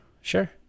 sure